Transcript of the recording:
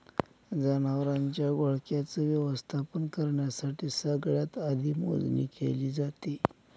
जनावरांच्या घोळक्याच व्यवस्थापन करण्यासाठी सगळ्यात आधी मोजणी केली जाते